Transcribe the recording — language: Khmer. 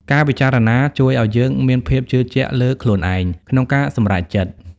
ការពិចារណាជួយឱ្យយើងមានភាពជឿជាក់លើខ្លួនឯង ក្នុងការសម្រេចចិត្ត។